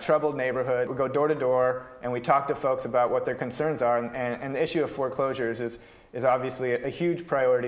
troubled neighborhood we go door to door and we talk to folks about what their concerns are and the issue of foreclosures it is obviously a huge priority